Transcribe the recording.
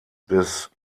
des